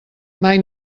mai